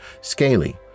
scaly